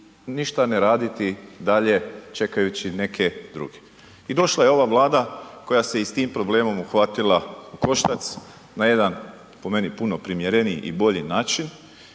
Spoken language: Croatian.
ništa ne raditi dalje čekajući neke druge. I došla je ova Vlada koja se i s tim problemom uhvatila u koštac na jedan, po meni, puno primjereniji i bolji način